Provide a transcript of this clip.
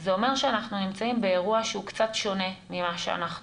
זה אומר שאנחנו נמצאים באירוע שהוא קצת שונה ממה שאנחנו